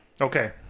Okay